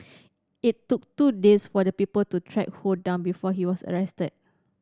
it took two days for the people to track Ho down before he was arrested